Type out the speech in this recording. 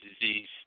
disease